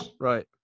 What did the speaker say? Right